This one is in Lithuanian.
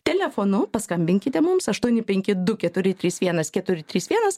telefonu paskambinkite mums aštuoni penki du keturi trys vienas keturi trys vienas